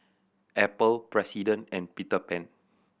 Apple President and Peter Pan